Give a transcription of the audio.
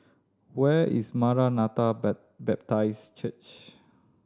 where is Maranatha Baptist Church